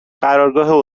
قرارگاه